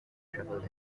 trouble